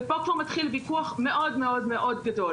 ופה כבר מתחיל ויכוח מאוד מאוד גדול.